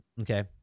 okay